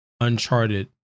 Uncharted